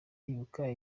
ibuka